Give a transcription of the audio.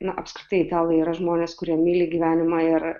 na apskritai italai yra žmonės kurie myli gyvenimą ir